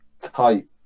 tight